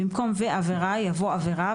במקום "ועבירה" יבוא "עבירה",